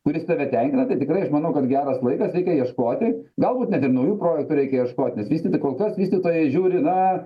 kuris tave tenkina tai tikrai aš manau kad geras laikas reikia ieškoti galbūt ir net naujų projektų reikia ieškot nes vystyti kol kas vystytojai žiūri na